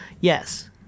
Yes